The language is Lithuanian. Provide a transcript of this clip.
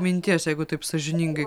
minties jeigu taip sąžiningai